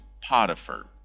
Potiphar